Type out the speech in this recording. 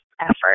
effort